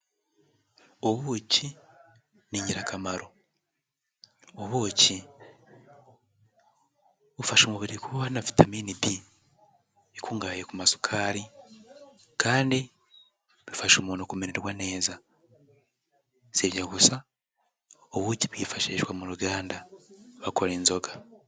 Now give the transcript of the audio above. Ubuki ni ingirakamaro. Ubuki bufasha umubiri kubona vitaminini D, ikungahaye ku masukari kandi bifasha umuntu kumererwa neza. Si ibyo gusa, ubuki bwifashishwa mu ruganda bakora inzoga.